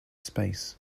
space